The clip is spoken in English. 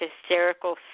hysterical